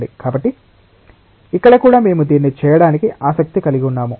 కాబట్టి ఇక్కడ కూడా మేము దీన్ని చేయడానికి ఆసక్తి కలిగి ఉన్నాము